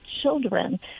children